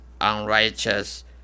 unrighteous